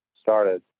started